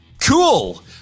Cool